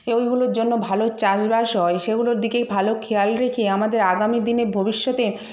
এইগুলোর জন্য ভালো চাষবাস হয় সেগুলোর দিকেই ভালো খেয়াল রেখে আমাদের আগামী দিনে ভবিষ্যতে